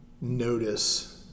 notice